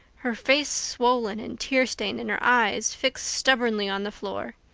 her face swollen and tear-stained and her eyes fixed stubbornly on the floor.